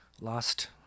Lost